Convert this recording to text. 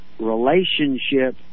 relationship